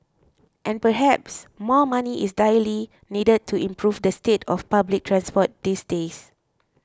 and perhaps more money is direly needed to improve the state of public transport these days